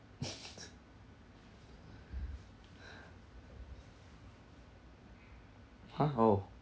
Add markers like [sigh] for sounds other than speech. [laughs] !huh! oh